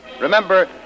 Remember